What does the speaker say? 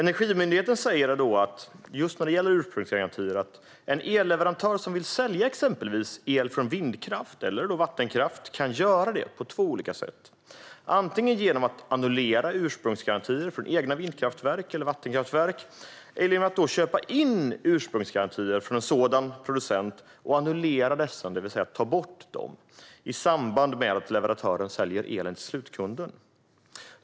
När det gäller ursprungsgarantier säger Energimyndigheten att en elleverantör som vill sälja exempelvis el från vindkraft eller vattenkraft kan göra detta på två olika sätt, antingen genom att annullera ursprungsgarantier från egna vindkraftverk eller vattenkraftverk eller genom att köpa in ursprungsgarantier från en sådan producent och annullera dessa, det vill säga ta bort dem, i samband med att leverantören säljer elen till slutkunden.